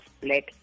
black